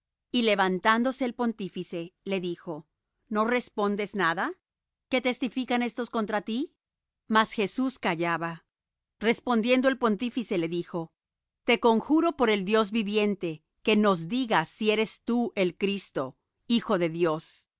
y levantándose el pontífice le dijo no respondes nada qué testifican éstos contra ti mas jesús callaba respondiendo el pontífice le dijo te conjuro por el dios viviente que nos digas si eres tú el cristo hijo de dios